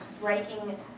Breaking